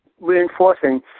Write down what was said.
reinforcing